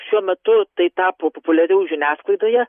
šiuo metu tai tapo populiariau žiniasklaidoje